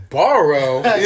borrow